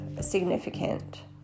significant